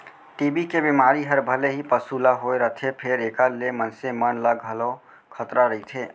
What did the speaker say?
TB के बेमारी हर भले ही पसु ल होए रथे फेर एकर ले मनसे मन ल घलौ खतरा रइथे